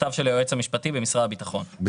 היועץ המשפטי במשרד הביטחון כתוב גם